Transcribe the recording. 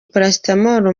paracetamol